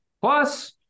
Plus